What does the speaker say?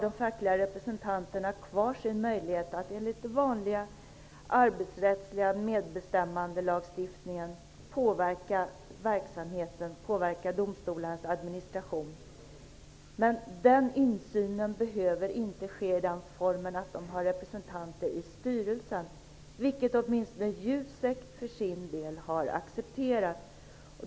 De fackliga representanterna har självfallet kvar sin möjlighet att påverka verksamheten och domstolarnas administration, enligt den vanliga arbetsrättsliga medbestämmandelagstiftningen. Men insynen behöver inte ske i den formen att man har representanter i styrelsen, vilket åtminstone JUSEK för sin del har accepterat.